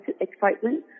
excitement